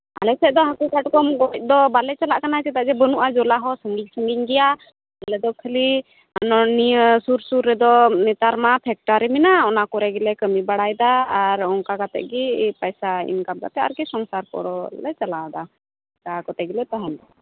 ᱟᱞᱮ ᱥᱮᱫ ᱫᱚ ᱦᱟᱹᱠᱩ ᱠᱟᱴᱠᱚᱢ ᱜᱚᱡ ᱫᱚ ᱵᱟᱞᱮ ᱪᱟᱞᱟᱜ ᱠᱟᱱᱟ ᱪᱮᱫᱟᱜ ᱥᱮ ᱵᱟᱹᱱᱩᱜᱼᱟ ᱡᱚᱞᱟ ᱦᱚᱸ ᱥᱟᱺᱜᱤᱧ ᱥᱟᱺᱜᱤᱧ ᱜᱮᱭᱟ ᱟᱞᱮ ᱫᱚ ᱠᱷᱟᱹᱞᱤ ᱱᱤᱭᱟᱹ ᱥᱩᱨ ᱥᱩᱨ ᱨᱮᱫᱚ ᱱᱮᱛᱟᱨ ᱢᱟ ᱯᱷᱮᱠᱴᱟᱨᱤ ᱢᱮᱱᱟᱜᱼᱟ ᱚᱱᱟ ᱠᱚᱨᱮ ᱜᱮᱞᱮ ᱠᱟᱹᱢᱤ ᱵᱟᱲᱟᱭᱮᱫᱟ ᱟᱨ ᱚᱱᱠᱟ ᱠᱟᱛᱮ ᱜᱮ ᱯᱚᱭᱥᱟ ᱤᱱᱠᱟᱢ ᱠᱟᱛᱮ ᱟᱨᱠᱤ ᱥᱚᱝᱥᱟᱨ ᱠᱟᱛᱮᱞᱮ ᱪᱟᱞᱟᱣᱮᱫᱟ ᱚᱱᱠᱟ ᱠᱟᱛᱮ ᱜᱮᱞᱮ ᱛᱟᱦᱮᱱ ᱠᱟᱱᱟ